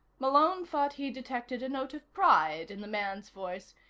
malone thought he detected a note of pride in the man's voice,